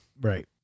Right